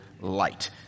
light